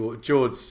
George